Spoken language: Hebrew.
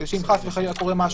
כדי שאם חס וחלילה קורה לו משהו,